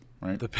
right